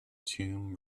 tomb